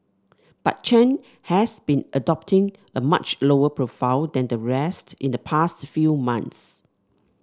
but Chen has been adopting a much lower profile than the rest in the past few months